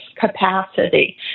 capacity